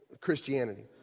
Christianity